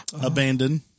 Abandoned